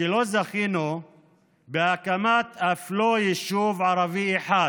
שלא זכתה בהקמת אף יישוב ערבי אחד